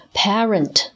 parent 。